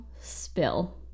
spill